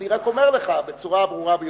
אני רק אומר לך בצורה הברורה ביותר: